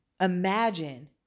imagine